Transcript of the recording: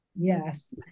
Yes